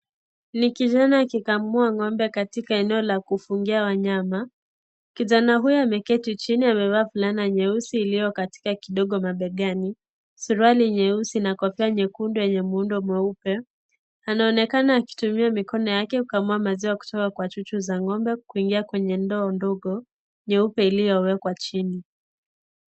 Ni kijana akikamua ng'ombe katika eneo la kufungia wanyama kijana huyo ameketi chini amevaa fulana nyeusi iliyokatika kidogo mabegani, suruali nyeusi na kofia nyekundu yenye muundo mweupe, anaonekana akitumia mikono yake kukamua maziwa kutoka kwa chuchu za ng'ombe kuingia kwenye ndoo nyeupe iliyowekwa chini.